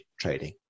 trading